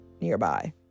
nearby